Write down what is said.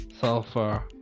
sulfur